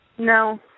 No